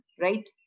right